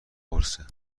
قرصه